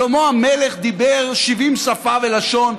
שלמה המלך דיבר 70 שפה ולשון.